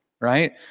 right